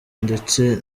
ndetse